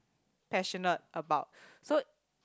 passionate about so